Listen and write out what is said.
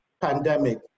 pandemic